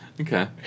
Okay